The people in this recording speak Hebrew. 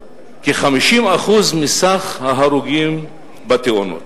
כ-50% מכלל ההרוגים בתאונות,